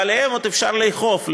ועליהן עוד אפשר לאכוף,